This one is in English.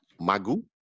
Magu